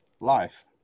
life